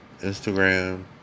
Instagram